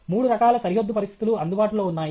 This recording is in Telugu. మూడు రకాల సరిహద్దు పరిస్థితులు అందుబాటులో ఉన్నాయి